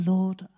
Lord